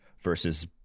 versus